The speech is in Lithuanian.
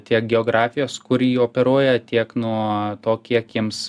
tiek geografijos kur ji operuoja tiek nuo to kiek jiems